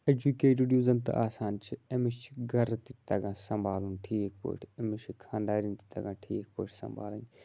educated یُس زَن تہِ آسان چھِ أمِس چھُ گَرٕ تہِ تَگان سَمبالُن ٹھیک پٲٹھۍ أمِس چھِ خاندارِنۍ تہِ تَگان ٹھیک پٲٹھۍ سَمبالٕنۍ